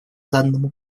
данному